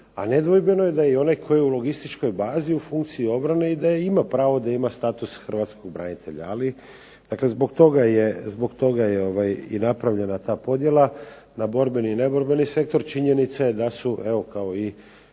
a nedvojbeno je da je i onaj koji je u logističkoj bazi u funkciji obrane i da ima pravo da ima status hrvatskog branitelja. Dakle, zbog toga je i napravljena ta podjela na borbeni i neborbeni sektor. Činjenica je da su kao i